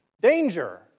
danger